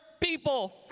people